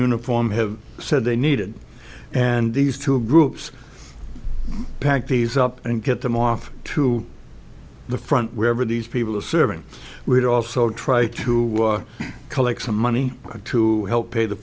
uniform have said they needed and these two groups pack these up and get them off to the front wherever these people are serving we'd also try to collect some money to help pay the